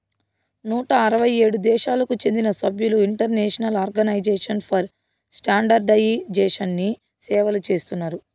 నూట అరవై ఏడు దేశాలకు చెందిన సభ్యులు ఇంటర్నేషనల్ ఆర్గనైజేషన్ ఫర్ స్టాండర్డయిజేషన్ని సేవలు చేస్తున్నారు